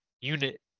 unit